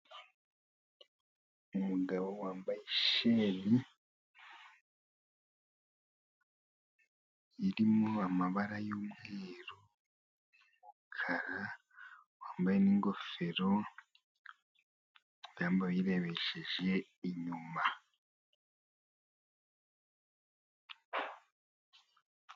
Umugabo wambaye isheni irimo amabara y'umweru n'umukara, wambaye n'ingofero yambaye ayirebesheje inyuma.